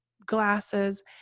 glasses